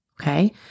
Okay